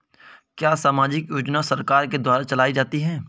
क्या सामाजिक योजना सरकार के द्वारा चलाई जाती है?